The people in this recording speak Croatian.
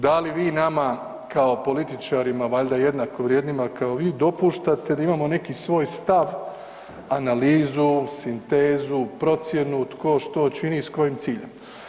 Da li vi nama kao političarima valjda jednako vrijednima kao vi dopuštate da imamo neki svoj stav, analizu, sintezu, procjenu tko što čini i s kojim ciljem.